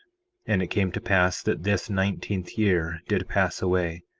and it came to pass that this nineteenth year did pass away,